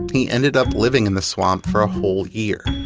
he ended up living in the swamp for a whole year.